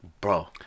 bro